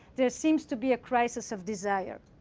there seems to be a crisis of desire.